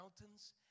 mountains